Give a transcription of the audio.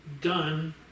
done